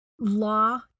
law